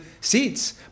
seats